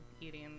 eating